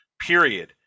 Period